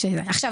עכשיו,